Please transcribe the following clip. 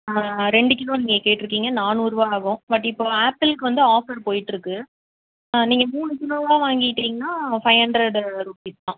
ரெண்டு கிலோ நீங்கள் கேட்டிருக்கீங்க நானூறுரூவா ஆகும் பட் இப்போ ஆப்பிளுக்கு வந்து ஆஃபர் போய்கிட்டுருக்கு நீங்கள் மூணு கிலோவாக வாங்கிகிட்டிங்கனா ஃபைவ் ஹண்ரெட் ருப்பீஸ் தான்